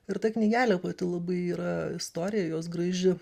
ir ta knygelė pati labai yra istorija jos graži